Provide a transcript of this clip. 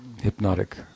hypnotic